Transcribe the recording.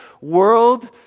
world